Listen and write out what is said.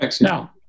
Now